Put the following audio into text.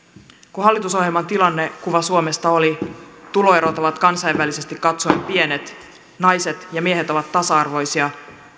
kun hallitusohjelman tilannekuva suomesta oli se että tuloerot ovat kansainvälisesti katsoen pienet naiset ja miehet ovat tasa arvoisia